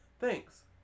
Thanks